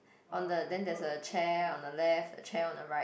on the then there's a chair on the left a chair on the right